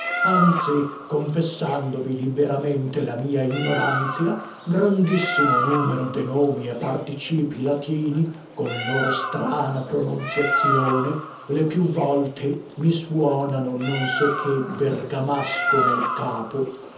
anzi confessandovi liberamente la mia ignoranzia grandissimo numero de nomi e participii latini con loro strana prononziazione le più volte mi suonano non so che bergamasco nel capo